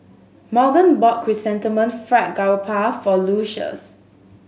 Morgan bought Chrysanthemum Fried Garoupa for Lucius